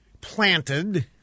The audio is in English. planted